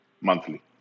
monthly